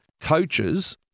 coaches